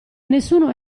nessuno